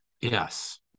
Yes